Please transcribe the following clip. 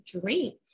drink